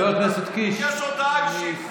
ביקש הודעה אישית,